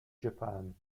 japan